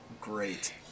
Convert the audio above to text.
Great